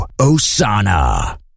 Osana